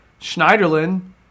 Schneiderlin